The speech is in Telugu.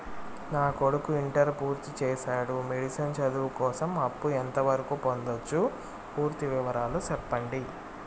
నా కొడుకు ఇంటర్ పూర్తి చేసాడు, మెడిసిన్ చదువు కోసం అప్పు ఎంత వరకు పొందొచ్చు? పూర్తి వివరాలు సెప్పండీ?